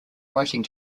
writing